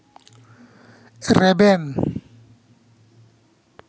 ᱨᱮᱵᱮᱱ